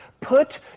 Put